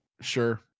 sure